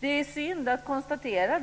Det är synd att behöva konstatera